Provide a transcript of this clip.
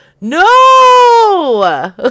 No